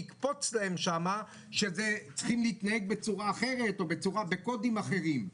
יקפוץ להם שמה שצריכים להתנהג בצורה אחרת בקודים אחרים.